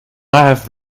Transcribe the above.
have